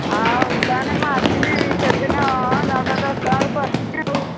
ଆଉ ତାହେଲେ ମୁଁ ଆସିବି ସେଦିନ ନଅଟା ଦଶଟା ବେଳକୁ ଆସିବି ଆଉ